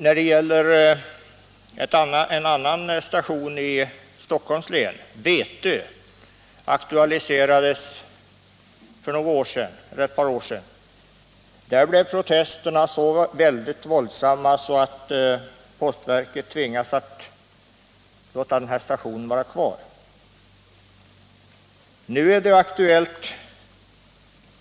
När det gäller en annan station i Stockholms län, Vätö, aktualiserades en nedläggning för ett par år sedan, men där blev protesterna så våldsamma att postverket tvingades att låta stationen finnas kvar. Nu är det aktuellt